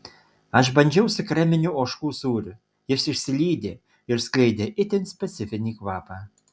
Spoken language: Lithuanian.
aš bandžiau su kreminiu ožkų sūriu jis išsilydė ir skleidė itin specifinį kvapą